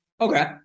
Okay